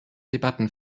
debatten